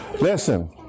Listen